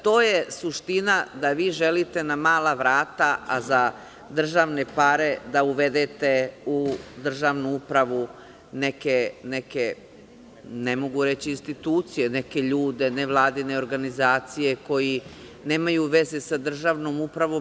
To je suština, da vi želite na mala vrata, a za državne pare da uvedete u državnu upravu neke, ne mogu reći institucije, neke ljude, nevladine organizacije, koji nemaju veze sa državnom upravo.